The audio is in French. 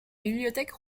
bibliothèque